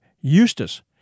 Eustace